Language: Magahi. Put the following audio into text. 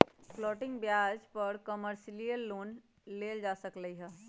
फ्लोटिंग ब्याज पर कमर्शियल लोन लेल जा सकलई ह